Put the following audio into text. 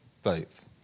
faith